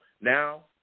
Now